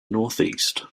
northeast